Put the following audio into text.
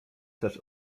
też